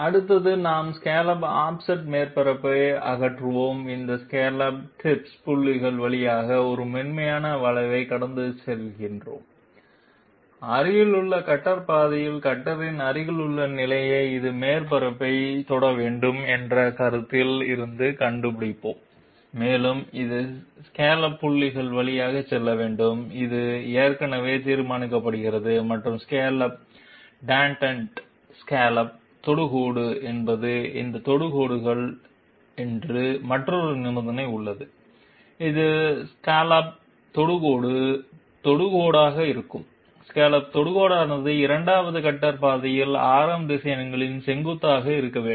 அடுத்து நாம் scallop offset மேற்பரப்பை அகற்றுவோம் இந்த ஸ்காலப் டிப்ஸ் புள்ளிகள் வழியாக ஒரு மென்மையான வளைவைக் கடந்து செல்கிறோம் அருகிலுள்ள கட்டர் பாதையில் கட்டரின் அருகிலுள்ள நிலையை அது மேற்பரப்பைத் தொட வேண்டும் என்ற கருத்தில் இருந்து கண்டுபிடிப்போம் மேலும் இது ஸ்காலப் புள்ளிகள் வழியாக செல்ல வேண்டும் இது ஏற்கனவே தீர்மானிக்கப்படுகிறது மற்றும் ஸ்காலப் டேன்ஜண்ட் ஸ்காலப் தொடுகோடு என்பது அந்த தொடுகோடுகள் என்று மற்றொரு நிபந்தனை உள்ளது இது ஸ்காலப் தொடுகோடு தொடுகோடாக இருக்கும் ஸ்காலப் தொடுகோடானது இரண்டாவது கட்டர் பாதையின் ஆரம் திசையன்களுக்கு செங்குத்தாக இருக்க வேண்டும்